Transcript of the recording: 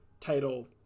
title